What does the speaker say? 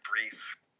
brief